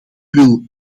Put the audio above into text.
wil